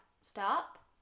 stop